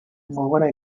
gogora